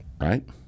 right